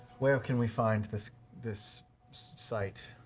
where can we find this this site?